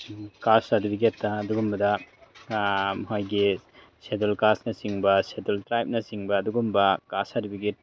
ꯀꯥꯁ ꯁꯥꯔꯇꯤꯐꯤꯀꯦꯠꯇ ꯑꯗꯨꯒꯨꯝꯕꯗ ꯃꯈꯣꯏꯒꯤ ꯁꯦꯗꯨꯜ ꯀꯥꯁꯅ ꯆꯤꯡꯕ ꯁꯦꯗꯨꯜ ꯇ꯭ꯔꯥꯏꯕꯅ ꯆꯤꯡꯕ ꯑꯗꯨꯒꯨꯝꯕ ꯀꯥꯁ ꯁꯔꯗꯤꯐꯤꯀꯦꯠ